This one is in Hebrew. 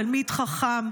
תלמיד חכם,